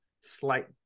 slight